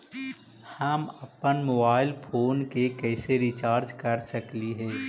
हम अप्पन mobile phone के कैसे रिचार्ज कर सकली हे?